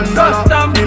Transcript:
custom